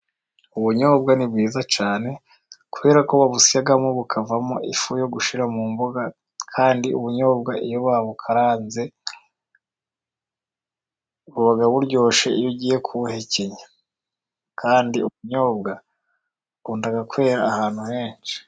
Ubunyobwa ni bwiza cyane, kubera ko babusyamo bukavamo ifu yo gushira mu mboga. Kandi ubunyobwa buba buryoshye iyo ugiye kubuhekenya, kandi ubunyobwa bukunda kwera ahantu henshi.